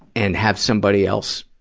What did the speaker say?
and have somebody else,